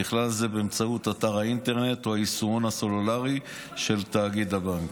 ובכלל זה באמצעות אתר האינטרנט או היישומון הסלולרי של תאגיד הבנק.